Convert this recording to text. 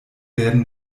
werden